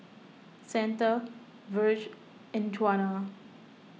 Santa Virge and Djuana